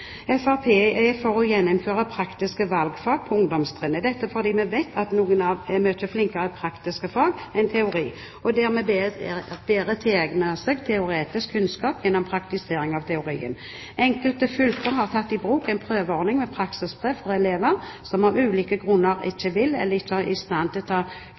Fremskrittspartiet er for å gjeninnføre praktiske valgfag på ungdomstrinnet – dette fordi vi vet at noen er mye flinkere i praktiske fag enn i teoretiske, og dermed tilegner seg teoretisk kunnskap bedre gjennom praktisering av teorien. Enkelte fylker har tatt i bruk en prøveordning med praksisbrev for elever som av ulike grunner